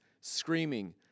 screaming